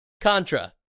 Contra